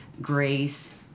grace